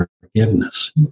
forgiveness